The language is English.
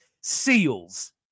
seals